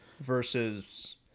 versus